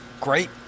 great